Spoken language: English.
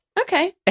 Okay